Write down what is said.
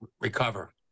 recover